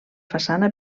façana